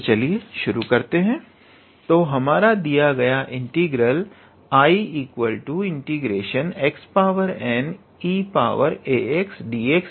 तो चलिये शुरू करते हैं तो हमारा दिया गया इंटीग्रल 𝐼 ∫ 𝑥𝑛𝑒𝑎𝑥𝑑𝑥 है